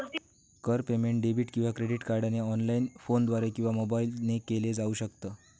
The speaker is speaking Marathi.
कर पेमेंट डेबिट किंवा क्रेडिट कार्डने ऑनलाइन, फोनद्वारे किंवा मोबाईल ने केल जाऊ शकत